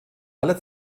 aller